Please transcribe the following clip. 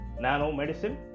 nanomedicine